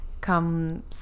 come